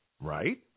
right